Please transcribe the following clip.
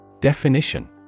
Definition